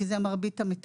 כי זה מרבית המטפלים,